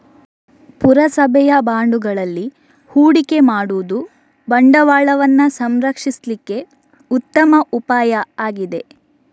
ಪುರಸಭೆಯ ಬಾಂಡುಗಳಲ್ಲಿ ಹೂಡಿಕೆ ಮಾಡುದು ಬಂಡವಾಳವನ್ನ ಸಂರಕ್ಷಿಸ್ಲಿಕ್ಕೆ ಉತ್ತಮ ಉಪಾಯ ಆಗಿದೆ